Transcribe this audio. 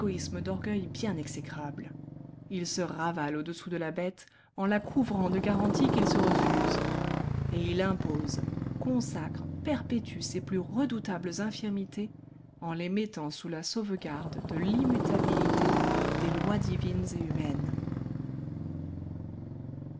égoïsme d'orgueil bien exécrable il se ravale au-dessous de la bête en la couvrant de garanties qu'il se refuse et il impose consacre perpétue ses plus redoutables infirmités en les mettant sous la sauvegarde de l'immutabilité des lois divines et humaines